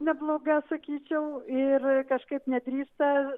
nebloga sakyčiau ir kažkaip nedrįsta